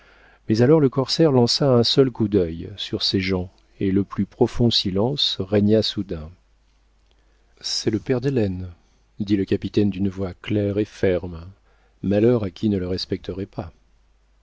mais alors le corsaire lança un seul coup d'œil sur ses gens et le plus profond silence régna soudain c'est le père d'hélène dit le capitaine d'une voix claire et ferme malheur à qui ne le respecterait pas